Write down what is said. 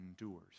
endures